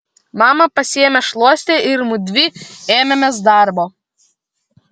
mama pasiėmė šluostę ir mudvi ėmėmės darbo